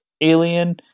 alien